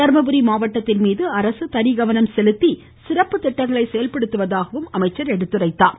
தர்மபுரி மாவட்டத்தின் மீது அரசு தனி கவனம் செலுத்தி சிறப்பு திட்டங்களை செயல்படுத்துவதாகவும் அமைச்சர் எடுத்துரைத்தார்